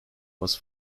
was